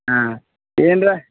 ಹಾಂ ಏನಲಾ